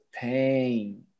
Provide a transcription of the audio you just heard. pain